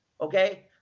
Okay